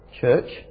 church